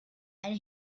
and